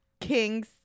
kings